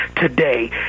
today